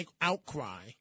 outcry